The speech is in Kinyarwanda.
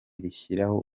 rishyiraho